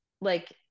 like-